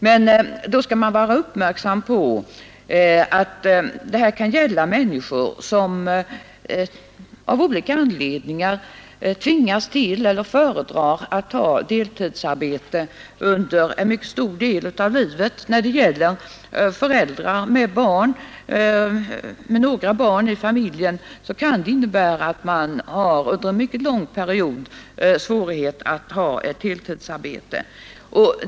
Vi bör då uppmärksamma att det här kan gälla människor som av olika anledningar tvingas till eller föredrar deltidsarbete under en mycket stor del av livet. För föräldrar med barn kan det under mycket långa perioder vara svårt att ha ett heltidsarbete.